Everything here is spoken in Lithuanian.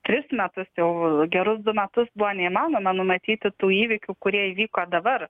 tris metus jau gerus du metus buvo neįmanoma numatyti tų įvykių kurie įvyko dabar